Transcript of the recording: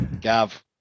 Gav